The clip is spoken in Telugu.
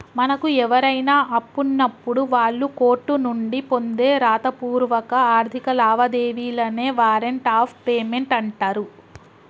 మనకు ఎవరైనా అప్పున్నప్పుడు వాళ్ళు కోర్టు నుండి పొందే రాతపూర్వక ఆర్థిక లావాదేవీలనే వారెంట్ ఆఫ్ పేమెంట్ అంటరు